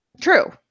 True